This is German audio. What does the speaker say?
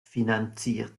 finanziert